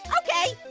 okay,